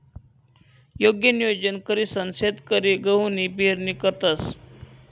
योग्य नियोजन करीसन शेतकरी गहूनी पेरणी करतंस